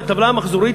בטבלה המחזורית,